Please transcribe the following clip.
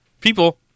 People